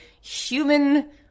human